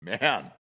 Man